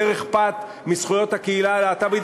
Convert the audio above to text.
יותר אכפת מזכויות הקהילה הלהט"בית